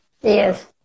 Yes